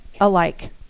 alike